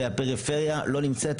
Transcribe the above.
שהפריפריה לא נמצאת,